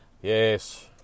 Yes